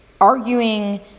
arguing